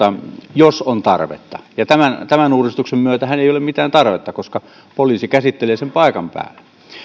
jos on tarvetta tämän tämän uudistuksen myötähän ei ole mitään tarvetta koska poliisi käsittelee sen paikan päällä